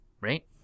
right